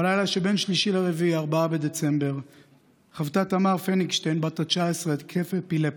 בלילה שבין 3 ל-4 בדצמבר חוותה תמר פניגשטיין בת ה-19 התקף אפילפטי,